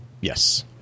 yes